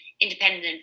independent